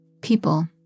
people